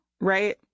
right